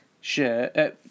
Sure